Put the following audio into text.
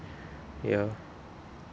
ya